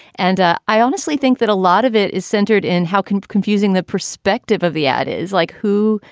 and i honestly think that a lot of it is centered in how can confusing the perspective of the ad is like who?